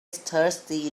thirty